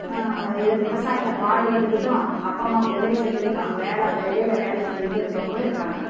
இது விவசாயத்தை பாடுபட்டுக்கிட்டும் அப்பா அம்மாவுக்கு உதவி செஞ்சுக்கிட்டும் வேலை வெளியில் வேலை செஞ்சுக்கிட்டு இருக்கவங்களும் இருக்காங்க